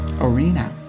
Arena